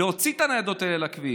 אתה צריך להוציא את הניידות האלה לכביש.